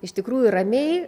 iš tikrųjų ramiai